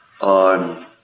on